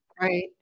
Right